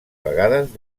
vegades